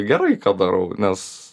gerai ką darau nes